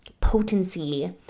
potency